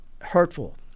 hurtful